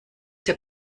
der